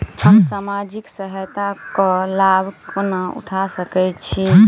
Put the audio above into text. हम सामाजिक सहायता केँ लाभ कोना उठा सकै छी?